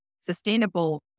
sustainable